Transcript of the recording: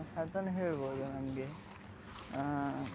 ಅದನ್ನ ಹೇಳ್ಬೋದು ನಮಗೆ